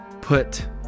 put